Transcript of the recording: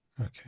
Okay